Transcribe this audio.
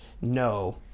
No